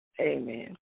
amen